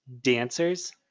dancers